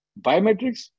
biometrics